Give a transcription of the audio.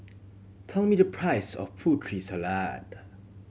tell me the price of Putri Salad